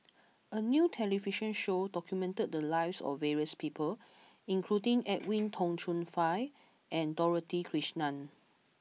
a new television show documented the lives of various people including Edwin Tong Chun Fai and Dorothy Krishnan